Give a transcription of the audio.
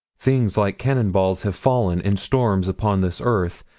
things like cannon balls have fallen, in storms, upon this earth.